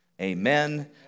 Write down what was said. amen